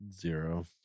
Zero